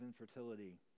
infertility